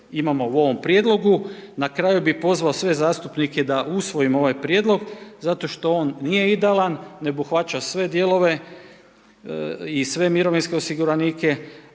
imamo u ovom prijedlogu. Na kraju bi pozvao sve zastupnike da usvojimo ovaj prijedlog zato što on nije idealan, ne obuhvaća sve dijelove i sve mirovinske osiguranike